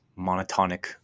monotonic